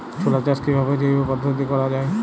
ছোলা চাষ কিভাবে জৈব পদ্ধতিতে করা যায়?